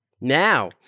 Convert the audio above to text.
Now